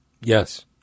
Yes